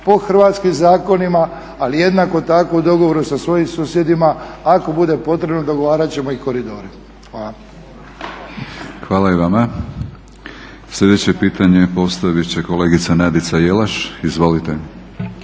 po hrvatskim zakonima ali jednako tako u dogovoru sa svojim susjedima. Ako bude potrebno dogovarat ćemo i koridore. Hvala. **Batinić, Milorad (HNS)** Hvala i vama. Sljedeće pitanje postavit će kolegica Nadica Jelaš. Izvolite.